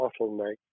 bottleneck